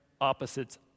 opposites